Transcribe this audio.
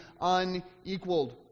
unequaled